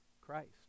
Christ